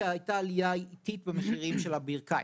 כי הייתה עלייה איטית במחירי הברכיים.